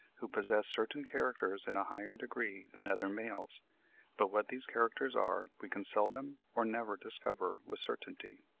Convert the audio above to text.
who possess certain characters in a higher degree than other males but what these characters are, we can seldom or never discover with certainty.